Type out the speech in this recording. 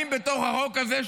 בתוך החוק הזה,